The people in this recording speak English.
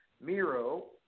Miro